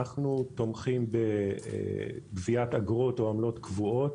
אנחנו תומכים בגביית אגרות או עמלות קבועות